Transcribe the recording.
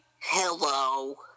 Hello